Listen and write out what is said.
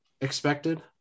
expected